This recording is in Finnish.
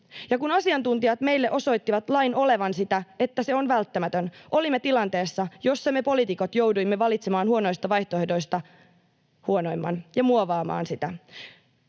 ja kun asiantuntijat meille osoittivat lain olevan sitä, että se on välttämätön, olimme tilanteessa, jossa me poliitikot jouduimme valitsemaan huonoista vaihtoehdoista vähiten huonon ja muovaamaan sitä.